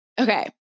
Okay